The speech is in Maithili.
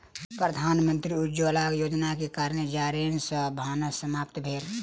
प्रधानमंत्री उज्ज्वला योजनाक कारणेँ जारैन सॅ भानस समाप्त भेल